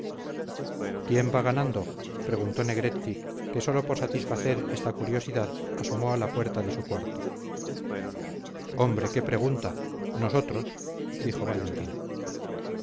quién va ganando preguntó negretti que sólo por satisfacer esta curiosidad asomó a la puerta de su cuarto hombre qué pregunta nosotros dijo valentín